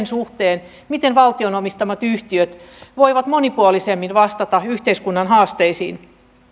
suhteen miten valtion omistamat yhtiöt voivat monipuolisemmin vastata yhteiskunnan haasteisiin